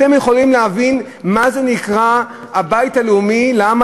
אתם יכולים להבין מה זה הבית הלאומי לעם